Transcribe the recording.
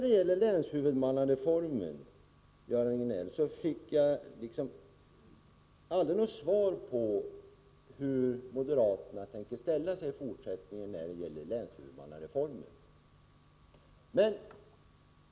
Beträffande länshuvudmannareformen fick jag av Göran Riegnell aldrig något svar på hur moderaterna i fortsättningen tänker ställa sig när det gäller denna reform.